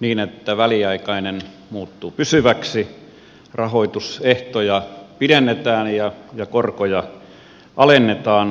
niin että väliaikainen muuttuu pysyväksi rahoitusehtoja pidennetään ja korkoja alennetaan